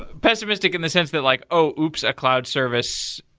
pessimistic in the sense that like, oh! oop! a cloud service,